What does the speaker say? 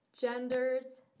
genders